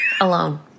alone